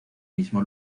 mismo